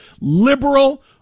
liberal